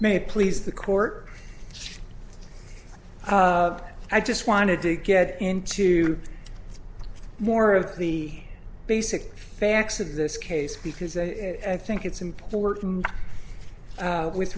may please the court i just wanted to get into more of the basic facts of this case because i think it's important with